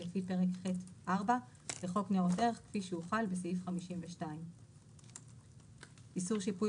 לפי פרק ח'4 לחוק ניירות ערך כפי שהוחל בסעיף 52. 54.איסור שיפוי